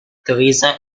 theresa